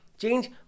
Change